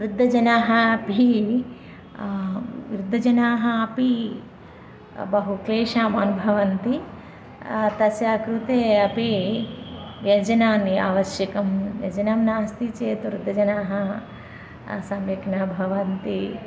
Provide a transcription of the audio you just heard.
वृद्धजनाः अपि वृद्धजनाः अपि बहु क्लेशाम् अनुभवन्ति तस्य कृते अपि व्यजनानि आवश्यकं व्यजनं नास्ति चेत् वृद्धजनाः सम्यक् न भवन्ति